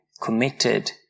committed